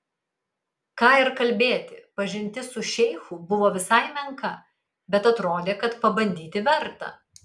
ką ir kalbėti pažintis su šeichu buvo visai menka bet atrodė kad pabandyti verta